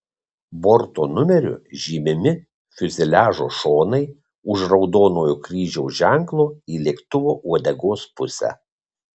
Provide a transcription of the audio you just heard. borto numeriu žymimi fiuzeliažo šonai už raudonojo kryžiaus ženklo į lėktuvo uodegos pusę